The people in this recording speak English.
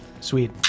Sweet